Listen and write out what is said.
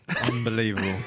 unbelievable